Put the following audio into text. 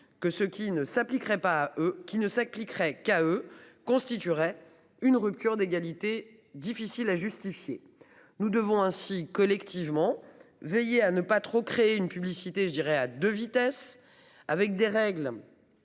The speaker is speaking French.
eux qui ne s'appliquerait qu'à eux-constituerait une rupture d'égalité difficile à justifier. Nous devons ainsi collectivement veiller à ne pas trop créer une publicité je dirais à 2 vitesses, avec des règles.